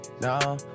No